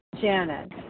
Janet